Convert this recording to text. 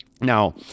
now